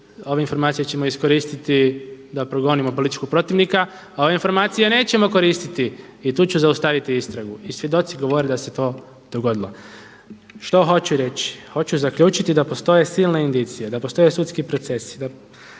ove informacije ćemo iskoristiti da progonimo političkog protivnika, a ove informacije nećemo koristiti i tu ću zaustaviti istragu. I svjedoci govore da se to dogodilo. Što hoću reći? Hoću zaključiti da postoje silne indicije, da postoje sudski procesi,